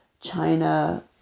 China